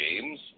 games